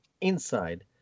inside